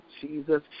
Jesus